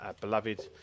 beloved